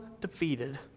defeated